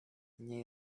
nie